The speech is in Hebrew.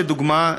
לדוגמה,